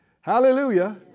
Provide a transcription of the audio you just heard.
Hallelujah